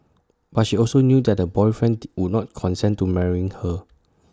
but she also knew that the boyfriend would not consent to marrying her